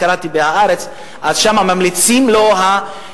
קראתי ב"הארץ" אז שם ממליצים לו השב"כ